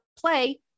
play